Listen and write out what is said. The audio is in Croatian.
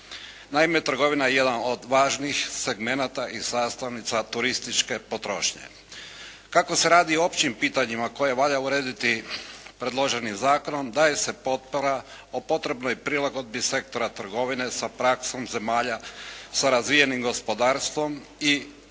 Naime, trgovina je jedan od važnih segmenata i sastavnica turističke potrošnje. Kako se radi o općim pitanjima koja valja urediti predloženim zakonom daje se potpora o potrebnoj prilagodbi sektora trgovine sa praksom zemalja sa razvijenim gospodarstvom i